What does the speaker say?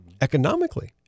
economically